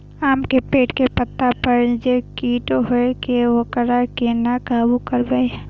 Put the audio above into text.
आम के पेड़ के पत्ता पर जे कीट होय छे वकरा केना काबू करबे?